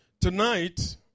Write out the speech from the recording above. Tonight